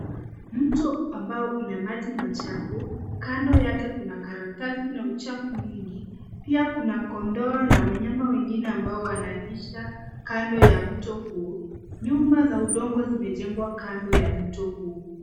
Mto ambao ina maji machafu, kando yake kuna karatasi na uchafu mwingi. Pia kuna kondoo na wanyama wengine ambao wanalisha kando ya mto huu. Nyumba za udongo zimejengwa kando ya mto huu.